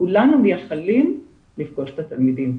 כולנו מייחלים לפגוש את התלמידים.